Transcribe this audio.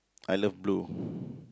I love blue